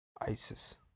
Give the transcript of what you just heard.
Isis